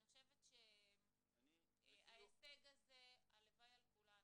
אני חושבת שההישג הזה, הלוואי על כולנו,